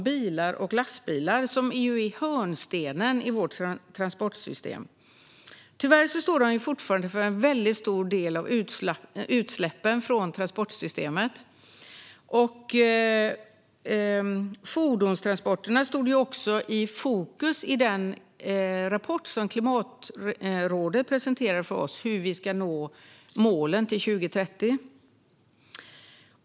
Bilar och lastbilar är hörnstenen i vårt transportsystem. Tyvärr står de fortfarande för en väldigt stor del av utsläppen från transportsystemet. Fordonstransporterna stod i fokus i den rapport som Klimatrådet presenterade om hur vi ska nå målen till 2030.